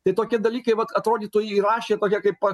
tai tokie dalykai vat atrodytų įrašė tokia kaip